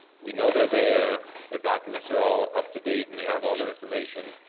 we know they're there, their documents are all up to date and they have all their information,